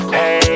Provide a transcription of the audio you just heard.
Hey